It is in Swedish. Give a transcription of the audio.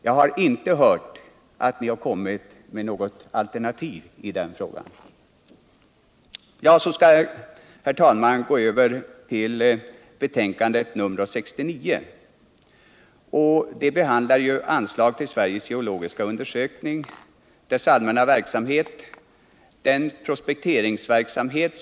Jag har inte hört att ni har kommit med något alternativ i den här frågan.